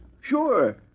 Sure